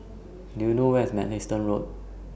Do YOU know Where IS Mugliston Road